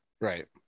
right